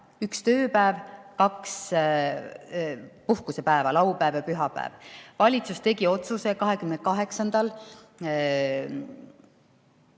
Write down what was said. üks tööpäev ja kaks puhkepäeva, laupäev ja pühapäev. Valitsus tegi otsuse 28.